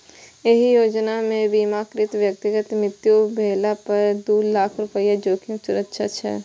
एहि योजना मे बीमाकृत व्यक्तिक मृत्यु भेला पर दू लाख रुपैया जोखिम सुरक्षा छै